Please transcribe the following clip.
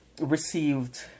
received